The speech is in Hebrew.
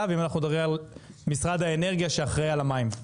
ואם אנחנו מדברים על משרד האנרגיה שאחראי על המים,